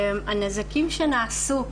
הנזקים שנעשו,